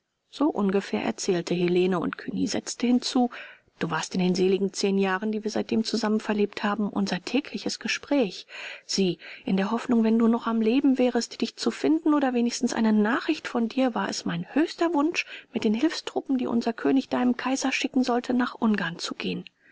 so ungefähr erzählte helene und cugny setzte hinzu du warst in den seligen zehn jahren die wir seitdem zusammen verlebt haben unser tägliches gespräch sieh in der hoffnung wenn du noch am leben wärest dich zu finden oder wenigstens eine nachricht von dir war es mein höchster wunsch mit den hilfstruppen die unser könig deinem kaiser schicken sollte nach ungarn zu gehen